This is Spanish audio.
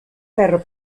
perro